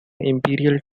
imperial